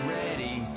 ready